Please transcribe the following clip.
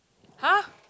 !huh!